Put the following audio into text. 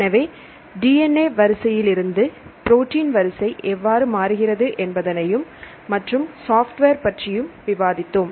எனவே DNA வரிசையிலிருந்து protein வரிசை எவ்வாறு மாறுகிறது என்பதனையும் மற்றும் சாஃப்ட்வேர் பற்றியும் விவாதித்தோம்